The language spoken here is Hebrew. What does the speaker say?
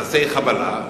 מעשי חבלה,